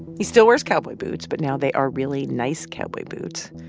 he still wears cowboy boots, but now they are really nice cowboy boots.